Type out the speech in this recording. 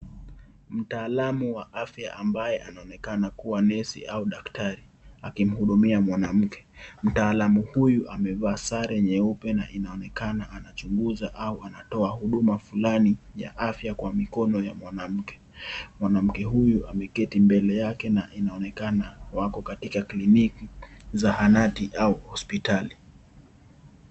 Mtaalamu wa afya ambaye anaonekana kuwa nesi au daktari akimhudumia mwanamke, mtaalamu huyu amevaa sare nyeupe na inaonekana anachunguza au anatoa huduma fulani ya afya kwa mikono ya mwanamke. Mwanamke huyu ameketi mbele yake na inaonekana wako katikati kliniki, sahanati au hospitali.